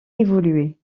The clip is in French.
évolué